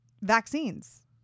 Vaccines